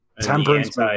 temperance